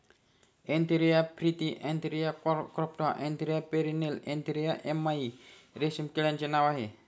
Antheraea फ्रिथी अँथेरिया कॉम्प्टा एंथेरिया पेरनिल एंथेरिया यम्माई रेशीम किड्याचे नाव आहे